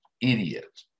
idiot